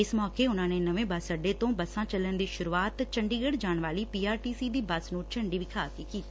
ਇਸ ਮੌਕੇ ਉਨੂਾ ਨੇ ਨਵੇਂ ਬੱਸ ਅੱਡੇ ਤੋਂ ਬੱਸਾਂ ਚੱਲਣ ਦੀ ਸ਼ੁਰੁਆਤ ਚੰਡੀਗੜੁ ਜਾਣ ਵਾਲੀ ਪੀਆਰਟੀਸੀ ਦੀ ਬੱਸ ਨੂੰ ਝੰਡੀ ਦਿਖਾ ਕੇ ਕੀਤੀ